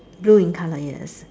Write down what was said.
blue in color yes